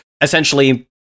essentially